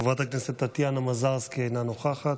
חברת הכנסת טטיאנה מזרסקי, אינה נוכחת,